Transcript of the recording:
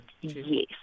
Yes